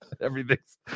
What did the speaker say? Everything's